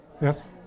Yes